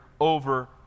over